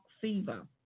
fever